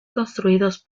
construidos